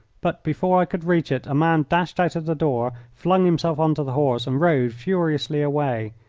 but before i could reach it a man dashed out of the door, flung himself on to the horse, and rode furiously away,